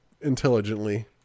intelligently